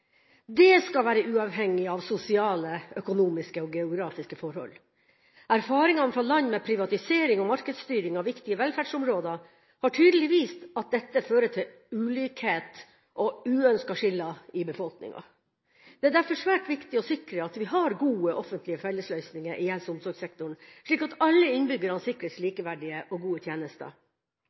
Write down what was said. det skal være uavhengig av sosiale, økonomiske og geografiske forhold. Erfaringene fra land med privatisering og markedsstyring av viktige velferdsområder har tydelig vist at dette fører til ulikhet og uønskede skiller i befolkninga. Det er derfor svært viktig å sikre at vi har gode offentlige fellesløsninger i helse- og omsorgssektoren, slik at alle innbyggere sikres likeverdige og gode tjenester.